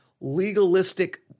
legalistic